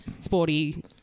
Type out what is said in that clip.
Sporty